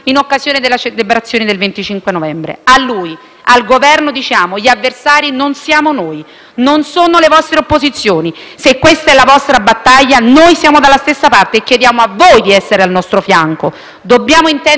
al Governo diciamo che gli avversari non siamo noi, non sono le vostre opposizioni. Se questa è la vostra battaglia, noi siamo dalla stessa parte e chiediamo a voi di essere al nostro fianco. Dobbiamo intenderci, però, su quale sia il nostro comune avversario.